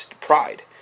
pride